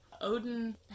Odin